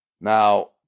Now